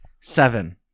Seven